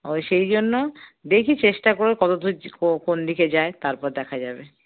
ও সেই জন্য দেখি চেষ্টা করে কতদূর কোন দিকে যায় তারপর দেখা যাবে